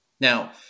Now